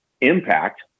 impact